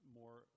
more